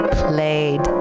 played